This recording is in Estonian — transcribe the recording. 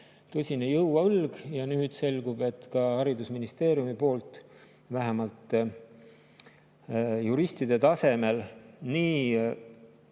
tõsine jõuõlg. Nüüd selgub, et ka haridusministeeriumi poolt, vähemalt juristide tasemel, nii